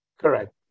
Correct